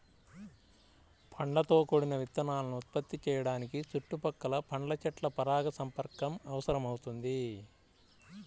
పండ్లతో కూడిన విత్తనాలను ఉత్పత్తి చేయడానికి చుట్టుపక్కల పండ్ల చెట్ల పరాగసంపర్కం అవసరమవుతుంది